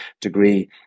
degree